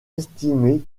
estimé